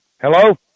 Hello